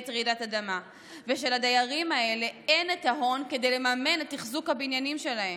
בעת רעידת אדמה ושלדיירים אין את ההון כדי לממן את תחזוק הבניינים שלהם.